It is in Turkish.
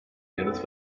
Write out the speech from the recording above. yanıt